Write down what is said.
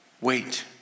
wait